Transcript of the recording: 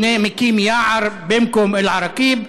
מקים יער במקום אל-עראקיב.